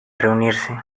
reunirse